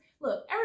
look